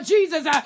Jesus